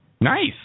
Nice